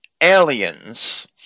aliens